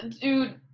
dude